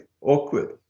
awkward